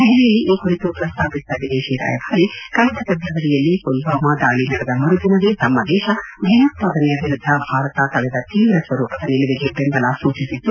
ದೆಹಲಿಯಲ್ಲಿ ಈ ಕುರಿತು ಪ್ರಸ್ತಾಪಿಸಿದ ವಿದೇಶಿ ರಾಯಭಾರಿ ಕಳೆದ ಫೆಬ್ರವರಿಯಲ್ಲಿ ಪುಲ್ವಾಮಾ ದಾಳಿ ನಡೆದ ಮರುದಿನವೇ ತಮ್ಮ ದೇಶ ಭಯೋತ್ಪಾದನೆಯ ವಿರುದ್ದ ಭಾರತ ತಳೆದ ತೀವ್ರ ಸ್ವರೂಪದ ನಿಲುವಿಗೆ ಬೆಂಬಲ ಸೂಚಿಸಿತ್ತು